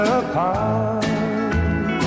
apart